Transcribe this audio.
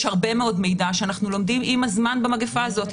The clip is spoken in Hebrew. יש הרבה מאוד מידע שאנחנו לומדים עם הזמן במגיפה הזאת.